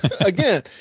again